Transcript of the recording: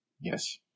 Yes